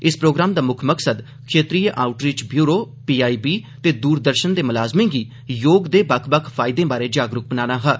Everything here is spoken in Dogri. इस प्रोग्राम दा मुक्ख मकसद क्षेत्रीय आउटरीच ब्यूरो पीआईबी ते दूरदर्शन दे मुलाज़में गी योग दे बक्ख बक्ख फायदें बारै जागरूक बनाना हा